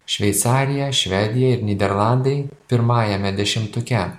šveicarija švedija ir nyderlandai pirmajame dešimtuke